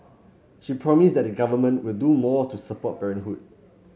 she promised that the Government will do more to support parenthood